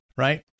Right